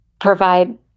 provide